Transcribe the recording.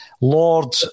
Lord